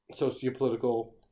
sociopolitical